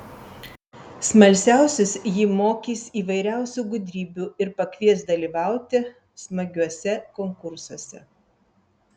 smalsiausius ji mokys įvairiausių gudrybių ir pakvies dalyvauti smagiuose konkursuose